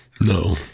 No